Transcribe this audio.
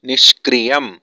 निष्क्रियम्